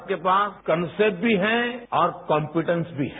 भारत के पास कॉनसेप्ट भी है और कॉनफिडेन्स भी है